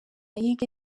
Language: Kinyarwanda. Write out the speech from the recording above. yige